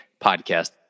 podcast